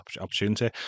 opportunity